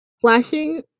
Flashing